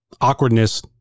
awkwardness